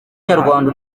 nyarwanda